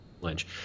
Lynch